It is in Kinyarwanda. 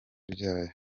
ryayo